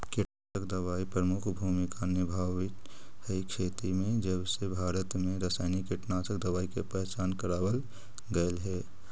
कीटनाशक दवाई प्रमुख भूमिका निभावाईत हई खेती में जबसे भारत में रसायनिक कीटनाशक दवाई के पहचान करावल गयल हे